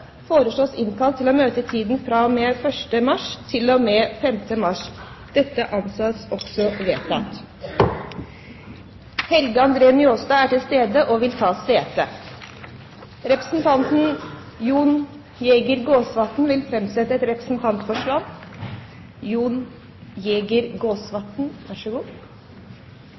mars: For Sør-Trøndelag fylke: Lars Bjarne Tvete. Helge Andre Njåstad er til stede og vil ta sete. Representanten Jon Jæger Gåsvatn vil framsette et representantforslag.